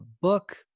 book